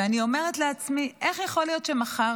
ואני אומרת לעצמי: איך יכול להיות שמחר